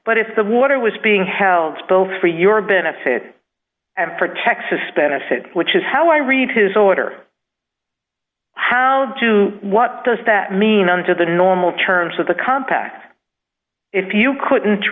but if the water was being held both for your benefit and for texas benefit which is how i read his order how to what does that mean on to the normal terms of the compact if you couldn't